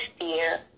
fear